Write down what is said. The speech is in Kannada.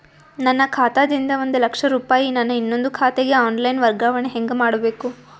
ನನ್ನ ಖಾತಾ ದಿಂದ ಒಂದ ಲಕ್ಷ ರೂಪಾಯಿ ನನ್ನ ಇನ್ನೊಂದು ಖಾತೆಗೆ ಆನ್ ಲೈನ್ ವರ್ಗಾವಣೆ ಹೆಂಗ ಮಾಡಬೇಕು?